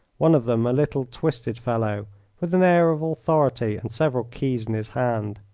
one of them a little, twisted fellow with an air of authority and several keys in his hand,